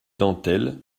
dentelles